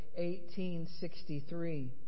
1863